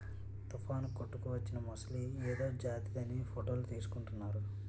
తుఫానుకు కొట్టుకువచ్చిన మొసలి ఏదో జాతిదని ఫోటోలు తీసుకుంటున్నారు